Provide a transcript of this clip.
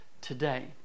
today